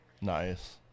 Nice